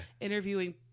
Interviewing